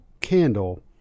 candle